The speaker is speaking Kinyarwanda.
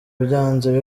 byanze